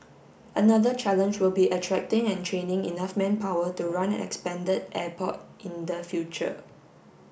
another challenge will be attracting and training enough manpower to run an expanded airport in the future